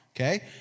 Okay